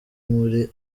muri